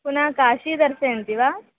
पुनः काशिं दर्शयन्ति वा